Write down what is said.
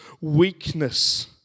weakness